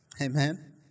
Amen